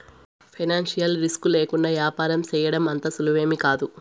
financial risk లేకుండా యాపారం సేయడం అంత సులువేమీకాదు